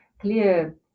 clear